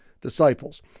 disciples